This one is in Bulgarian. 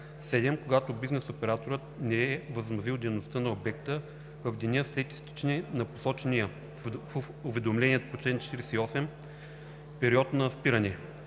7. когато бизнес операторът не е възобновил дейността на обекта в деня след изтичане на посочения в уведомлението по чл. 48 период на спиране;